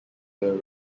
year